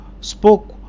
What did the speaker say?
spoke